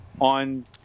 on